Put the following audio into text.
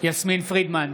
יסמין פרידמן,